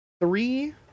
three